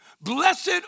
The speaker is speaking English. blessed